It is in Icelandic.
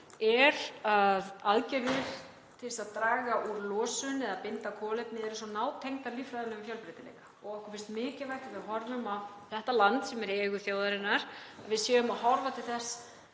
að aðgerðir til að draga úr losun eða binda kolefni eru svo nátengdar líffræðilegum fjölbreytileika og okkur finnst mikilvægt að þegar við horfum á þetta land, sem er í eigu þjóðarinnar, séum við að horfa til þess